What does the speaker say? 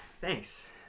thanks